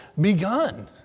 begun